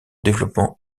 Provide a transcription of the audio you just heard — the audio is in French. développement